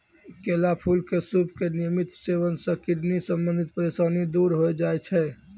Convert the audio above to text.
केला फूल के सूप के नियमित सेवन सॅ किडनी संबंधित परेशानी दूर होय जाय छै